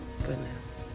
goodness